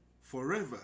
forever